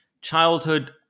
childhood